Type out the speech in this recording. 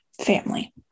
family